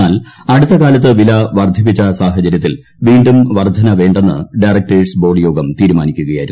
എന്നാൽ അടുത്തകാലത്തു വില വർദ്ധിപ്പിച്ച സാഹചര്യത്തിൽ വീണ്ടും വേണ്ടെന്ന് ഡയറക്ടേഴ്സ് ബോർഡ് വർദ്ധന യോഗം തീരുമാനിക്കുകയായിരുന്നു